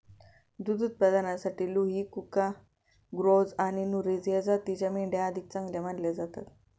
दुध उत्पादनासाठी लुही, कुका, ग्राझ आणि नुरेझ या जातींच्या मेंढ्या अधिक चांगल्या मानल्या जातात